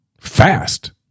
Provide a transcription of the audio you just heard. Fast